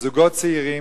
לזוגות צעירים,